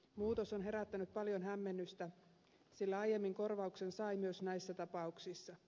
muutos on herättänyt paljon hämmennystä sillä aiemmin korvauksen sai myös näissä tapauksissa